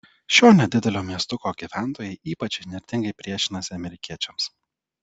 šio nedidelio miestuko gyventojai ypač įnirtingai priešinasi amerikiečiams